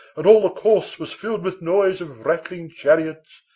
and all the course was filled with noise of rattling chariots,